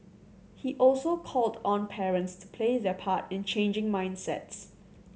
he also called on parents to play their part in changing mindsets